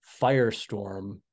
firestorm